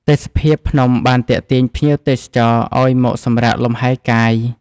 ទេសភាពភ្នំបានទាក់ទាញភ្ញៀវទេសចរឱ្យមកសម្រាកលម្ហែកាយ។